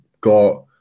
got